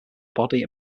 body